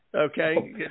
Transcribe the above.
Okay